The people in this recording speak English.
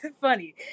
funny